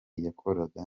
yakoraga